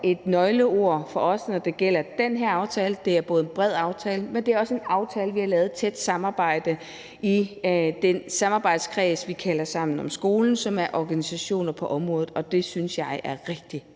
et nøgleord for os, når det gælder den her aftale. Det er både en bred aftale, men det er også en aftale, vi har lavet i tæt samarbejde i den samarbejdskreds, vi kalder Sammen om skolen, som er organisationer på området. Og det synes jeg er rigtig,